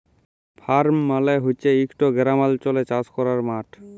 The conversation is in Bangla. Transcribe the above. ফার্ম মালে হছে ইকট গেরামাল্চলে চাষ ক্যরার মাঠ